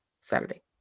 Saturday